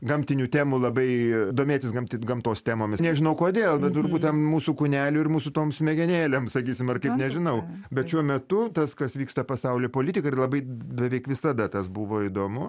gamtinių temų labai domėtis gamt gamtos temomis nežinau kodėl bet turbūt ten mūsų kūnelių ir mūsų tom smegenėlėm sakysim ar kaip nežinau bet šiuo metu tas kas vyksta pasauly politika yra labai beveik visada tas buvo įdomu